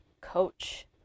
coach